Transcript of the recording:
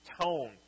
tone